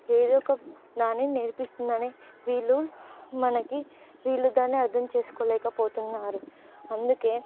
ఏదో ఒక దాని నేర్పిస్తుందని వీళ్ళు మనకి వీళ్ళ దాన్ని అర్థం చేసుకోలేకపోతున్నారు అందుకే